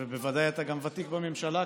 ובוודאי אתה גם ותיק בממשלה,